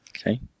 Okay